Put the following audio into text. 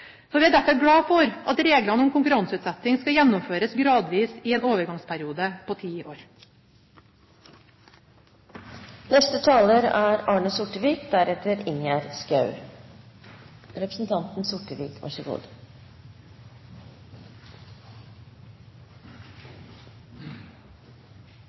Vi er derfor glade for at reglene om konkurranseutsetting skal gjennomføres gradvis i en overgangsperiode på ti